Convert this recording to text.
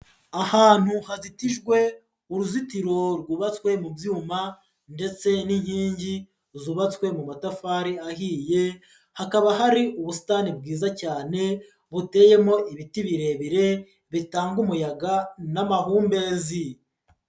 Ahantu hazitijwe uruzitiro rwubatswe mu byuma ndetse n'inkingi zubatswe mu matafari ahiye hakaba hari ubusitani bwiza cyane buteyemo ibiti birebire bitanga umuyaga n'amahumbezi.